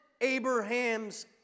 Abraham's